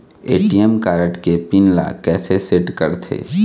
ATM card के PIN ला कैसे सेट करथे?